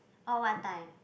orh what time